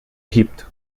egipto